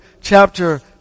chapter